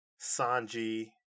Sanji